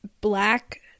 black